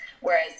whereas